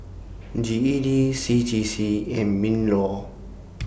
G E D C J C and MINLAW